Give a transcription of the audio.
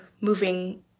moving